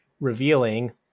revealing